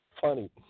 funny